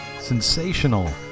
sensational